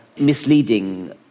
misleading